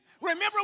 Remember